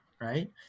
right